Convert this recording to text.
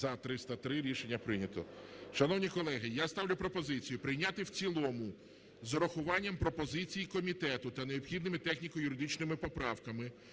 За-303 Рішення прийнято. Шановні колеги, я ставлю пропозицію прийняти в цілому з урахуванням пропозицій комітету та необхідними техніко-юридичними поправками